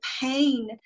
pain